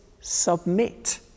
submit